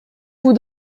vous